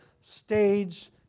stage